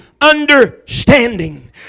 understanding